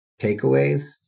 takeaways